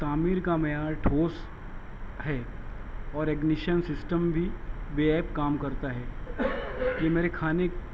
تعمیر کا معیار ٹھوس ہے اور اگنیشن سسٹم بھی بےعیب کام کرتا ہے یہ میرے کھانے